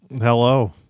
Hello